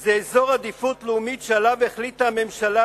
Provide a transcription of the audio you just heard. היא אזור עדיפות לאומית שעליו החליטה הממשלה